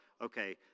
okay